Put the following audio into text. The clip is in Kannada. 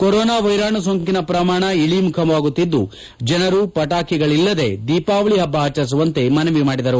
ಕೊರೋನಾ ವೈರಾಣು ಸೋಂಕಿನ ಪ್ರಮಾಣ ಇಳಿಮುಖವಾಗುತ್ತಿದ್ದು ಜನರು ಪಟಾಕಿಗಳಿಲ್ಲದೇ ದೀಪಾವಳಿ ಪಟ್ಟ ಆಚರಿಸುವಂತೆ ಮನವಿ ಮಾಡಿದರು